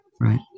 Right